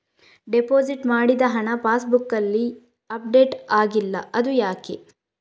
Deposit ಮಾಡಿದ ಹಣ pass ಬುಕ್ನಲ್ಲಿ ಅಪ್ಡೇಟ್ ಆಗಿಲ್ಲ ಅದು ಯಾಕೆ?